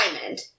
Diamond